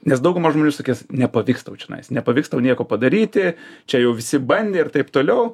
nes dauguma žmonių sakys nepavyks tau čianais nepavyks tau nieko padaryti čia jau visi bandė ir taip toliau